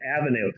Avenue